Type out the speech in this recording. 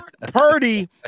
Purdy